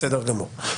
בסדר גמור.